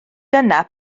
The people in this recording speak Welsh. dyna